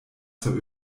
zur